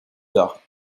tard